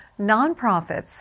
nonprofits